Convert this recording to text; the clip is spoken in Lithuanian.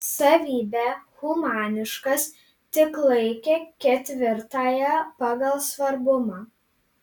savybę humaniškas tik laikė ketvirtąja pagal svarbumą